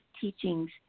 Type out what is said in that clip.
teachings